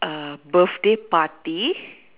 err birthday party